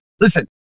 listen